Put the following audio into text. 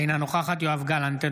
אינה נוכחת יואב גלנט,